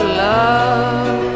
love